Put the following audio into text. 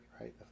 right